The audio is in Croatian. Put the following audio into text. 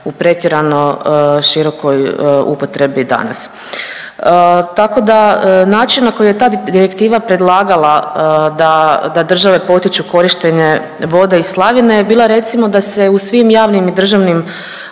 u pretjerano širokoj upotrebi danas. Tako da način na koji je ta direktiva predlagala da države potiču korištenje vode iz slavine je bila recimo da se u svim javnim i državnim